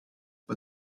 but